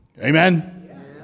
Amen